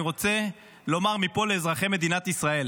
אני רוצה לומר מפה לאזרחי מדינת ישראל: